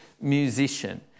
musician